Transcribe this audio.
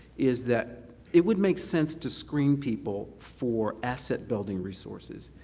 is that it would make sense to screen people for asset-building resources.